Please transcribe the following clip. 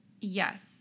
Yes